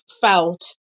felt